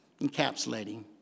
encapsulating